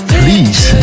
please